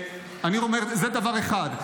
אני אומר, זה דבר אחד.